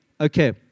Okay